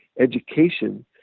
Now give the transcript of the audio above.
education